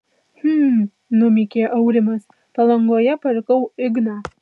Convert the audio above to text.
hm numykė aurimas palangoje palikau igną